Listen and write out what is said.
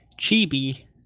Chibi